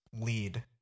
lead